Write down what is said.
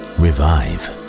revive